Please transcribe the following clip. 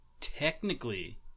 technically